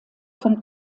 von